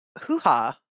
hoo-ha